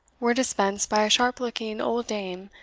were dispensed by a sharp-looking old dame,